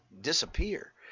disappear